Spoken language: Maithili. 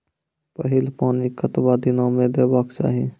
पहिल पानि कतबा दिनो म देबाक चाही?